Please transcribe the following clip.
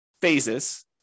phases